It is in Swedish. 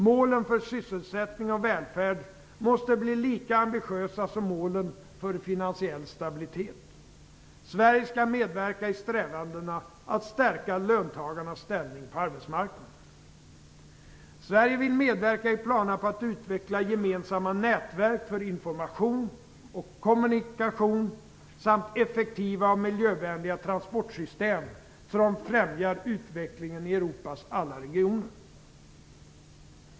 Målen för sysselsättning och välfärd måste bli lika ambitiösa som målen för finansiell stabilitet. Sverige skall medverka i strävandena att stärka löntagarnas ställning på arbetsmarknaden. Sverige vill medverka i planerna på att utveckla gemensamma nätverk för information och kommunikation samt effektiva och miljövänliga transportsystem som främjar utvecklingen i Europas alla regioner.